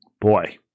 boy